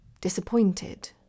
disappointed